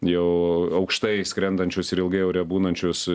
jau aukštai skrendančius ir ilgai ore būnančius